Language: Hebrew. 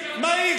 מהיר,